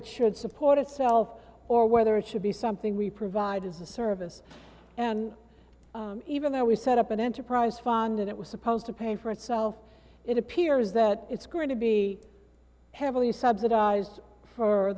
it should support itself or whether it should be something we provide as a service and even though we set up an enterprise fund and it was supposed to pay for itself it appears that it's going to be heavily subsidized for